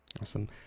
Awesome